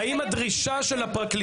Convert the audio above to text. האם הדרישה המקלה של הפרקליטות,